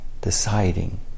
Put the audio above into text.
deciding